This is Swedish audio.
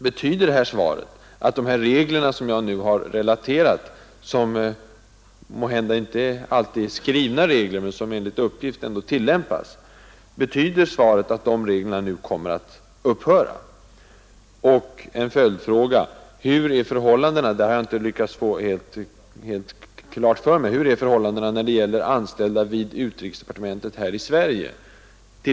Betyder svaret att de regler som jag har talat om — regler som måhända inte alltid är skrivna men som enligt uppgift ändå tillämpas — kommer att upphöra att gälla? En följdfråga: Tillämpas motsvarande regler för biträdena vid UD här hemma i Sverige?